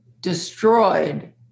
destroyed